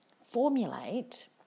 formulate